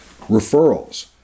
referrals